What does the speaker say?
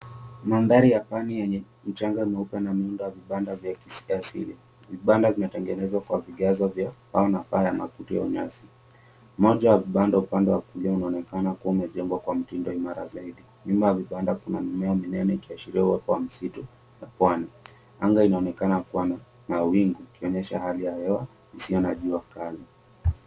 Mandhari ya pwani yenye mchanga mweupe na miundo ya vibanda vya kiasili. Vibanda vimetegenezwa kwa vigezo vya mbao na paa ya makuti au nyasi. Moja ya vibanda upande wa kulia unaonekana kuwa umejengwa kwa mtindo imara zaidi, Nyuma ya vibanda kuna mimea minene ikiashiria uwepo wa msitu wa pwani. Anga inaonekana kuwa na mawingu ikionyesha hali ya hewa isiyo na jua kali.